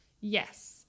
Yes